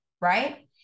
Right